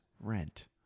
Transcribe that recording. rent